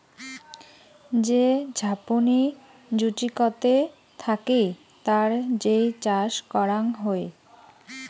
যে ঝাপনি জুচিকতে থাকি তার যেই চাষ করাং হই